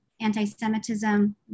anti-semitism